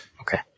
Okay